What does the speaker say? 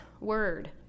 word